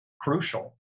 crucial